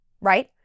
right